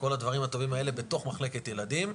כל הדברים הטובים האלה בתוך מחלקת ילדים.